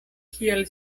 kial